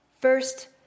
First